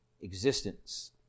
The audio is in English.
existence